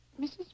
Mrs